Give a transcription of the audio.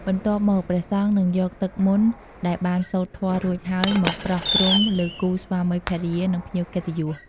បន្ទាប់មក ព្រះសង្ឃនឹងយកទឹកមន្តដែលបានសូត្រធម៌រួចហើយមកប្រោះព្រំលើគូស្វាមីភរិយា និងភ្ញៀវកិត្តិយស។